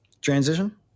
Transition